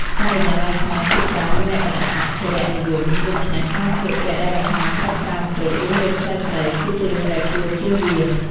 ការិយាល័យខ្មែរភាគច្រើនមានលក្ខណៈអភិរក្សនិយម ដូច្នេះការស្លៀកពាក់ដែលបង្ហាញសាច់ច្រើនពេក ឬរ៉ូបខ្លីៗ គឺជារឿងដែលគួរជៀសវាង។